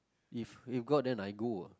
if if got then I go ah